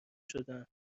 شدن